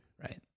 Right